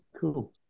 Cool